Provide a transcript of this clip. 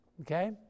okay